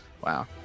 wow